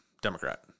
Democrat